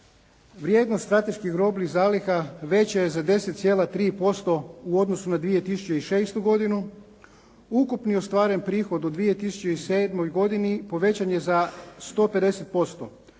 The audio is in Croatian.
vrijednost strateških robnih zaliha, veće je za 10,3% u odnosu na 2006. godinu, ukupni ostvaren prihod u 2007. godini povećan je za 150%